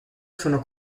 sono